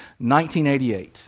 1988